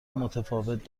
متفاوت